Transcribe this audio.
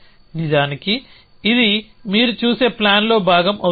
నిజానికి ఇది మీరు చూసే ప్లాన్లో భాగం అవుతుంది